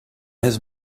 his